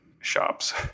shops